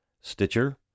Stitcher